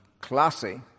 classy